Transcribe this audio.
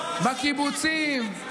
בקיבוצים,